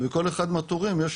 ובכל אחד מהתורים יש